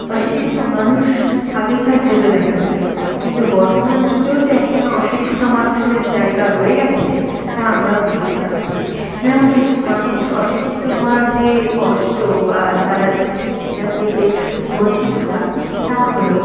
অশিক্ষিত মানুষ আগেকার যুগে দেখা যেত কিন্তু বর্তমান যুগেও যে এখনও অশিক্ষিত মানুষের জায়গা রয়ে গেছে তা আমরা বুঝতে পারছি যেমন কিছু মানুষ অশিক্ষিত হওয়ার যে কষ্ট বা তারা যে যে সুবিধা থেকে বঞ্চিত হয় তা হল